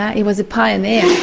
he was a pioneer.